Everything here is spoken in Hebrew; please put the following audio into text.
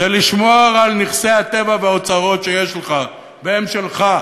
זה לשמור על נכסי הטבע והאוצרות שיש לך והם שלך,